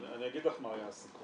אני אגיד לך מה היה הסיכום.